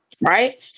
right